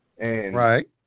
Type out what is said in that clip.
Right